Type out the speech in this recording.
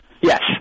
Yes